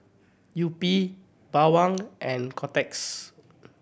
Yupi Bawang and Kotex